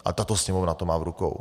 A tato Sněmovna to má v rukou.